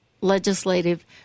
legislative